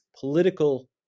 political